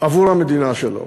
עבור המדינה שלו.